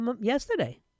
yesterday